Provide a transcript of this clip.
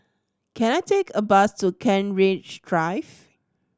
can I take a bus to Kent Ridge Drive